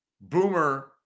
Boomer